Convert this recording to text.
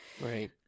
Right